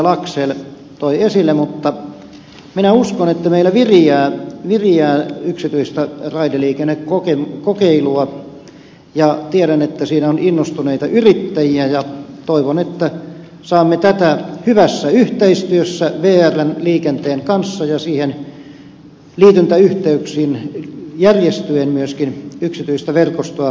laxell toi esille mutta minä uskon että meillä viriää yksityistä raideliikennekokeilua ja tiedän että siinä on innostuneita yrittäjiä ja toivon että saamme tätä hyvässä yhteistyössä vrn liikenteen kanssa ja siihen liityntäyhteyksin järjestyen myöskin yksityistä verkostoa